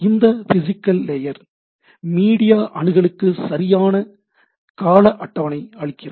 இந்த physical layer media அணுகலுக்கு சரியான கால அட்டவணையளிக்கிறது